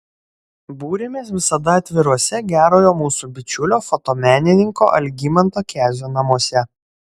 būrėmės visada atviruose gerojo mūsų bičiulio fotomenininko algimanto kezio namuose